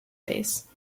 face